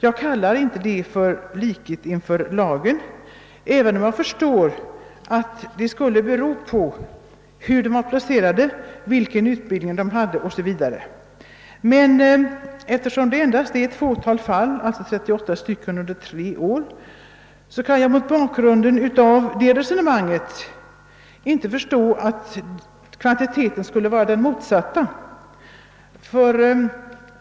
Jag kallar inte det för likhet inför lagen, även om jag förstår att skillnaden kan bero på var vederbörande är placerad, vilken utbildning han har 0. S. Vv. Mot bakgrund av att det förekommit 38 fall av upprepad totalvägran under fyra år kan jag inte förstå annat än att antalet vagpenvägrare som engångsinkallats varit betydligt högre.